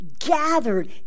gathered